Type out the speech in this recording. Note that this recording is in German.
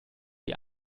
die